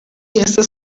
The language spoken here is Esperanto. estas